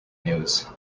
news